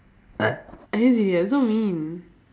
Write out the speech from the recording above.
are you serious so mean